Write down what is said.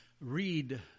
read